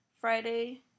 Friday